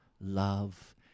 love